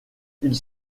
ils